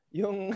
yung